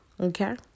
okay